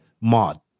mod